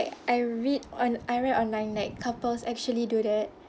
I I read on I read online that couples actually do that